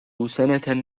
سنة